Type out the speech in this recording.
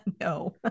No